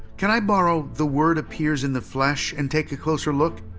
can i borrow the word appears in the flesh and take a closer look?